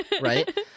right